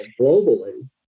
globally